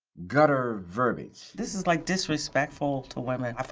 gutter verbiage. this is like disrespectful to women. i